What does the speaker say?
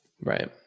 Right